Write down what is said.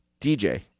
DJ